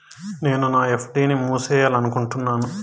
నేను నా ఎఫ్.డి ని మూసేయాలనుకుంటున్నాను